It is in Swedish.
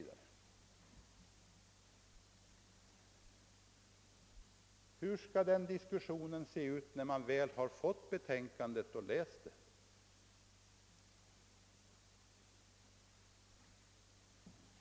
Hur skall diskussionen se ut, när alla berörda har fått utredningens betänkande och verkligen kunnat läsa det?